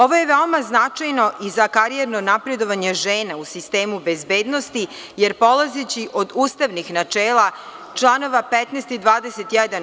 Ovo je veoma značajno i za karijerno napredovanje žena u sistemu bezbednosti, jer polazeći od ustavnih načela, članova 15. i 21.